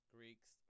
Greeks